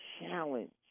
challenge